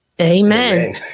Amen